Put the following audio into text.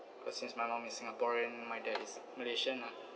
cause since my mum is singaporean my dad is malaysian lah